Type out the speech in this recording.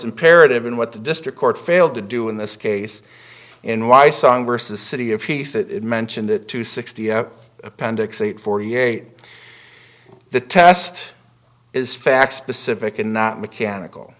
imperative in what the district court failed to do in this case in why song versus city if he mentioned it to sixty appendix eight forty eight the test is facts specific and not mechanical